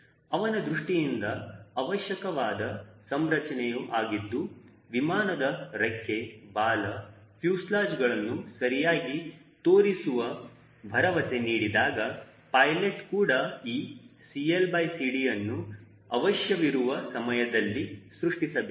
ಅವನ ದೃಷ್ಟಿಯಿಂದ ಆವಶ್ಯಕವಾದ ಸಂರಚನೆ ಆಗಿದ್ದು ವಿಮಾನದ ರೆಕ್ಕೆ ಬಾಲ ಫ್ಯೂಸೆಲಾಜ್ಗಳನ್ನು ಸರಿಯಾಗಿ ತೋರಿಸುವ ಭರವಸೆ ನೀಡಿದಾಗ ಪಾಯ್ಲೆಟ್ ಕೂಡ ಈ CLCD ಅನ್ನು ಅವಶ್ಯವಿರುವ ಸಮಯದಲ್ಲಿ ಸೃಷ್ಟಿಸಬೇಕು